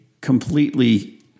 completely